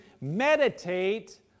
meditate